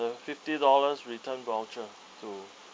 the fifty dollars return voucher to